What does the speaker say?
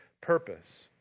purpose